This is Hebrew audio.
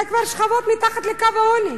זה כבר שכבות מתחת לקו העוני,